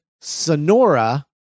Sonora